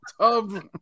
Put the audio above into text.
tub